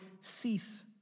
cease